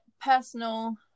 personal